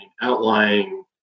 outlying